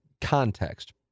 context